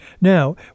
Now